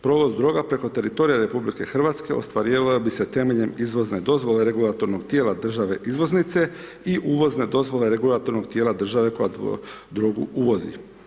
Provoz druga preko teritorija RH, ostvarivala bi se temeljem izvozne dozvole regulatornog tijela države izvoznice i uvozne dozvole regulatornog tijela države koja tu drogu uvozi.